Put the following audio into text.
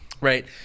Right